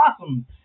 awesome